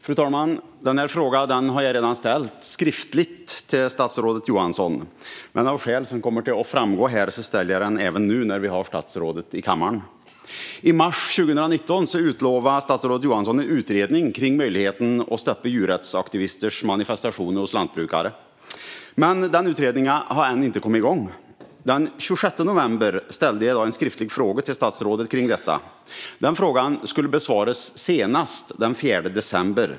Fru talman! Denna fråga har jag redan ställt skriftligt till statsrådet Johansson, men av skäl som kommer att framgå ställer jag den även nu när statsrådet är i kammaren. I mars 2019 utlovade statsrådet Johansson en utredning om möjligheten att stoppa djurrättsaktivisters manifestationer hos lantbrukare. Denna utredning har dock inte kommit igång ännu. Den 26 november ställde jag därför en skriftlig fråga till statsrådet om detta. Frågan skulle besvaras senast den 4 december.